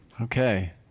Okay